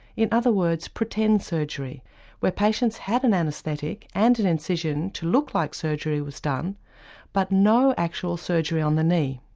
in other words pretend surgery where patients have an anaesthetic and an incision to look like surgery was done but no actual surgery on the knee.